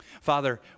Father